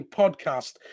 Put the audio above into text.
podcast